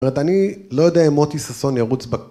‫זאת אומרת, אני לא יודע ‫אם מוטי ששון ירוץ ב...